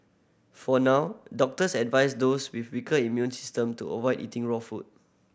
for now doctors advise those with weaker immune system to avoid eating raw food